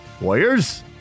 Warriors